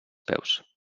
peus